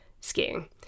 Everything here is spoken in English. skiing